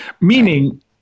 Meaning